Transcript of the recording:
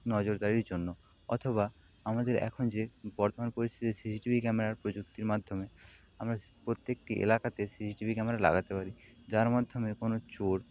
নজরদারির জন্য অথবা আমাদের এখন যে বর্তমান পরিস্থিতি সি সি টি ভি ক্যামেরার প্রযুক্তির মাধ্যমে আমরা প্রত্যেকটি এলাকাতে C C T V camera লাগাতে পারি যার মাধ্যমে কোনো চোর